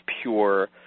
pure